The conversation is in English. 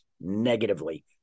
negatively